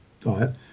diet